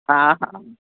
हा हा